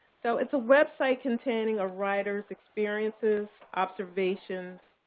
so it's a website containing a writer's experiences, observations,